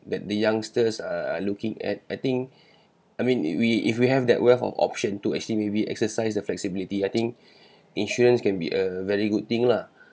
that the youngsters are are looking at I think I mean if we if we have that wealth of option to actually maybe exercise the flexibility I think insurance can be a very good thing lah